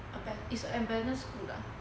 it's a abandoned school lah